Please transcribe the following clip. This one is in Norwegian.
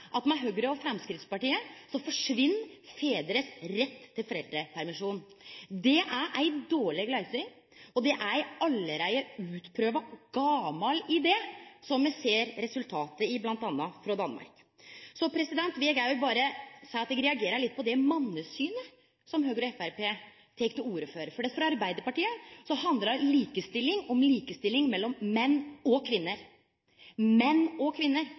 at med Høgre og Framstegspartiet forsvinn fedrars rett til foreldrepermisjon. Det er ei dårlig løysing og ein allereie utprøva og gamal idé, som me ser resultatet av i bl.a. Danmark. Så vil eg òg berre seie at eg reagerer litt på det mannesynet som Høgre og Framstegspartiet tek til orde for. For Arbeidarpartiet handlar likestilling om likestilling mellom menn og kvinner – menn og kvinner.